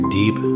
deep